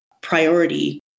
priority